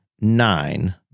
nine